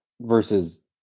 versus